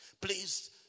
Please